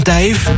Dave